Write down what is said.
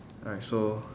alright so